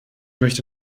möchte